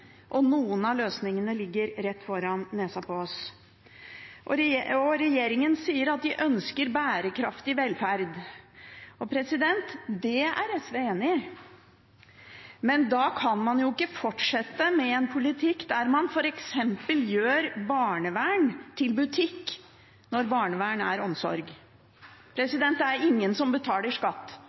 og noen av løsningene ligger rett foran nesa på oss? Regjeringen sier at de ønsker bærekraftig velferd. Det er SV enig i, men da kan man jo ikke fortsette med en politikk der man f.eks. gjør barnevern til butikk, når barnevern er omsorg. Det er ingen som betaler skatt